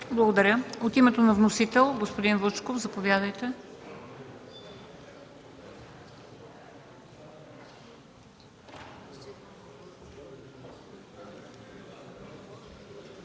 Благодаря. От името на вносителя – господин Вучков, заповядайте.